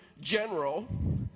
General